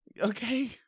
Okay